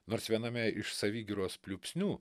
nors viename iš savigyros pliūpsnių